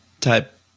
type